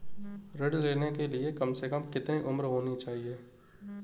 ऋण लेने के लिए कम से कम कितनी उम्र होनी चाहिए?